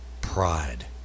pride